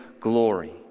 glory